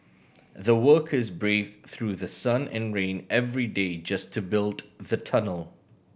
the workers braved through the sun and rain every day just to build the tunnel